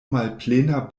malplena